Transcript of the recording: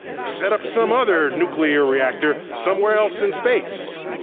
set up some other nuclear reactor somewhere else in space.